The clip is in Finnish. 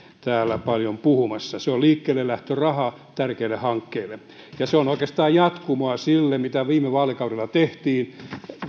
täällä paljon puhumassa se on liikkeellelähtöraha tärkeälle hankkeelle ja se on oikeastaan jatkumoa sille mitä viime vaalikaudella tehtiin